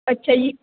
ਅੱਛਾ ਜੀ